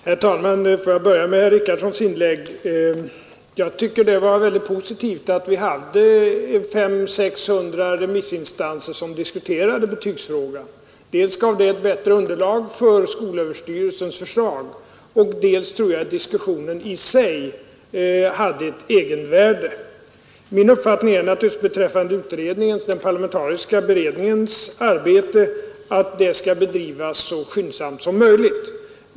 Herr talman! Får jag börja med herr Richardsons inlägg. Jag tycker det var väldigt positivt att vi hade 500-600 remissinstanser som diskuterade betygsfrågan. Dels gav det ett bättre underlag för skolöverstyrelsens förslag, dels tror jag diskussionen i sig hade ett egenvärde. Min uppfattning beträffande den parlamentariska beredningens arbete är naturligtvis att detta skall bedrivas så skyndsamt som möjligt.